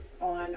on